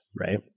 right